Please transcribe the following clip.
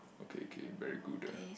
okay okay very good